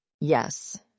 Yes